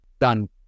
Done